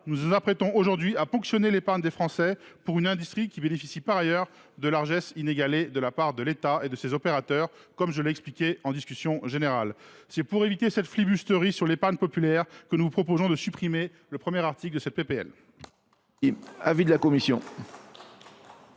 nous nous apprêtons aujourd’hui à ponctionner l’épargne des Français pour une industrie qui bénéficie par ailleurs de largesses inégalées de la part de l’État et de ses opérateurs, comme je l’ai expliqué lors de la discussion générale. C’est pour éviter cette flibusterie visant l’épargne populaire que nous vous proposons de supprimer l’article 1 de cette